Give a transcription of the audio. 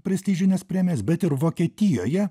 prestižines premijas bet ir vokietijoje